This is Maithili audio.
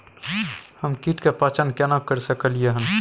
हम कीट के पहचान केना कर सकलियै हन?